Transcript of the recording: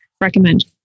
recommend